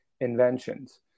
inventions